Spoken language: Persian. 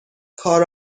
کار